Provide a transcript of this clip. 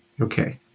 Okay